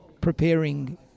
preparing